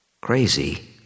crazy